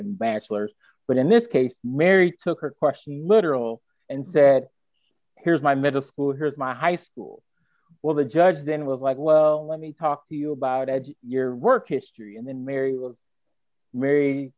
and bachelors but in this case mary took her question literal and said here's my middle school here's my high school well the judge then was like well let me talk to you about ed your work history and then mary